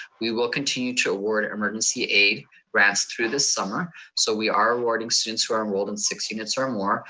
we will continue to award emergency aid grants through the summer. so we are awarding students who are enrolled in six units or more,